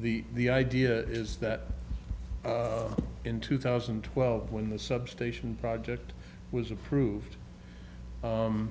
the the idea is that in two thousand and twelve when the substation project was approved the